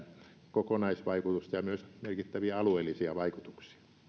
kokonaisvaikutusta ja myös merkittäviä alueellisia vaikutuksia